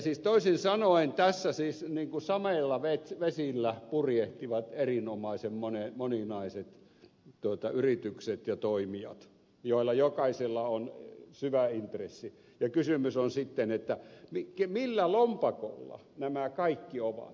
siis toisin sanoen tässä niin kuin sameilla vesillä purjehtivat erinomaisen moninaiset yritykset ja toimijat joilla jokaisella on syvä intressi ja kysymys on sitten millä lompakolla nämä kaikki ovat